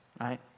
right